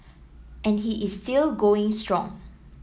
and he is still going strong